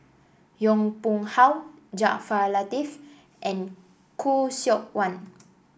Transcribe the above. Yong Pung How Jaafar Latiff and Khoo Seok Wan